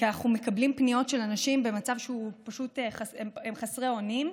כי אנחנו מקבלים פניות של אנשים במצב שהם פשוט חסרי אונים.